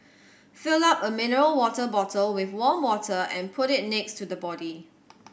fill up a mineral water bottle with warm water and put it next to the body